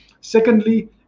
Secondly